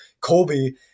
Colby